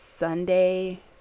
Sunday